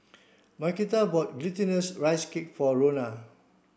Marquita bought glutinous rice cake for Ronna